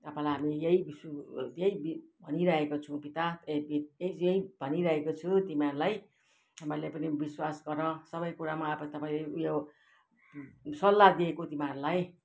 तपाईँलाई हामी यही यही भनिरहेका छौँ कि ता यही भनिरहेको छु तिमीहरूलाई मैले पनि विश्वास गर सबै कुरामा अब तपाईँ उयो सल्लाह दिएको तिमीहरूलाई